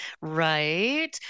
Right